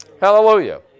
Hallelujah